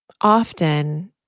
often